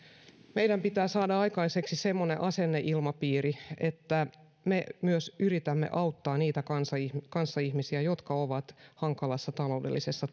meidän pitää saada aikaiseksi semmoinen asenneilmapiiri että me yritämme auttaa niitä kanssaihmisiä kanssaihmisiä jotka ovat hankalassa taloudellisessa